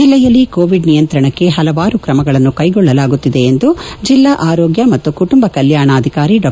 ಜಿಲ್ಲೆಯಲ್ಲಿ ಕೋವಿಡ್ ನಿಯಂತ್ರಣಕ್ಕೆ ಹಲವಾರು ಕ್ರಮಗಳನ್ನು ಕೈಗೊಳ್ಳಲಾಗುತ್ತಿದೆ ಎಂದು ಜಿಲ್ಡಾ ಆರೋಗ್ಯ ಮತ್ತು ಕುಟುಂಬ ಕಲ್ಲಾಣಾಧಿಕಾರಿ ಡಾ